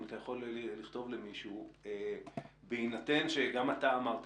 אם אתה יכול לכתוב למישהו בהינתן שגם אתה אמרת